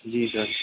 جی سر